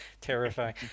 terrifying